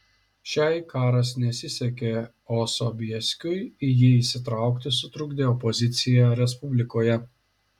šiai karas nesisekė o sobieskiui į jį įsitraukti sutrukdė opozicija respublikoje